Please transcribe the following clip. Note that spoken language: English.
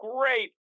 great